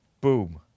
Boom